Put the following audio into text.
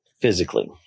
physically